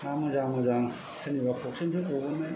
ना मोजां मोजां सोरनिबा फ'ख्रिनिफ्राय गबोनाय